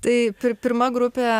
tai pir pirma grupė